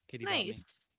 Nice